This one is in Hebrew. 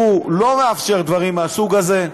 והוא לא מאפשר דברים מהסוג הזה.